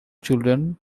children